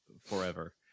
forever